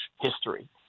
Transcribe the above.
history